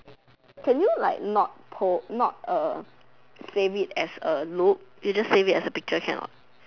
can you like not po~ not uh save it as a loop you just save it as a picture can not